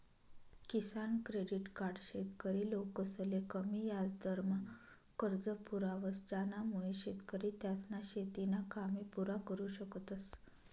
किसान credit card शेतकरी लोकसले कमी याजदरमा कर्ज पुरावस ज्यानामुये शेतकरी त्यासना शेतीना कामे पुरा करु शकतस